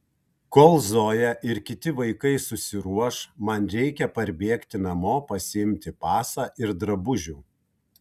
kol zoja ir kiti vaikai susiruoš man reikia parbėgti namo pasiimti pasą ir drabužių